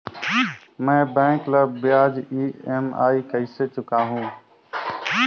मैं बैंक ला ब्याज ई.एम.आई कइसे चुकाहू?